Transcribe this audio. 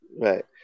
right